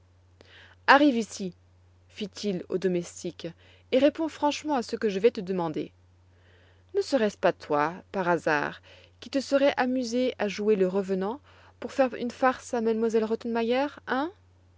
arrive ici fit-il au domestique et réponds franchement à ce que je vais te demander ne serait-ce pas toi par hasard qui te serais amusé à jouer le revenant pour faire une farce à m